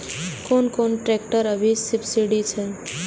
कोन कोन ट्रेक्टर अभी सब्सीडी छै?